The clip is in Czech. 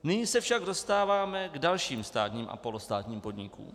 Nyní se však dostáváme k dalším státním a polostátním podnikům.